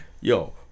yo